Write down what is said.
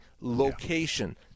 location